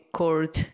court